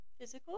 Physical